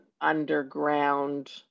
underground